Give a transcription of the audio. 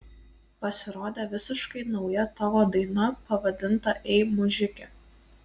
pasirodė visiškai nauja tavo daina pavadinta ei mužike